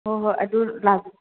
ꯍꯣꯏ ꯍꯣꯏ ꯑꯗꯨ ꯂꯥꯛ